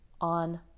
on